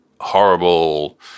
horrible